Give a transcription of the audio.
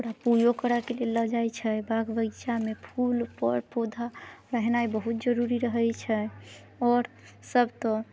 ओकरा पूजो करऽ के लेल लऽ जाइत छै बाग बगीचामे फूल पर पौधा रहनाइ बहुत जरूरी रहैत छै आओर सभ तऽ